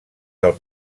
del